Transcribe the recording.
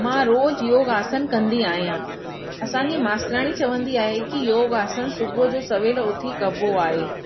मां रोजु योग आसन कंदी आहियां असांजी मास्तराणी चवंदी आहे की योग आसन सुबुह जो सवेल उथी कबो आहे